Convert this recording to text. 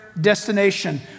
destination